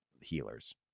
healers